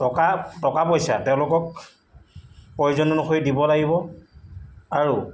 টকা টকা পইচা তেওঁলোকক প্ৰয়োজন অনুসৰি দিব লাগিব আৰু